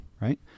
right